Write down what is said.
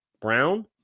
Brown